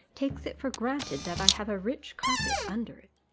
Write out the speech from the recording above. takes it for granted that i have a rich carpet under it.